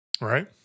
Right